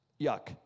yuck